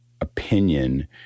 opinion